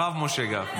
הרב משה גפני.